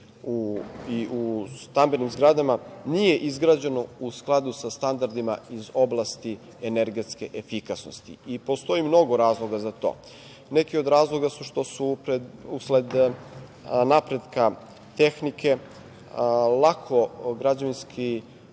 u stambenim zgradama nije izgrađeno u skladu sa standardima iz oblasti energetske efikasnosti i postoji mnogo razloga za to. Neki od razloga su što su usled napretka tehnike lako građevinski